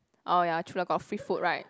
orh ya true lah got free food right